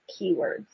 keywords